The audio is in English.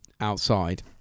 outside